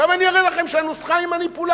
עכשיו אני אראה לכם שהנוסחה היא מניפולציה.